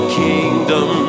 kingdom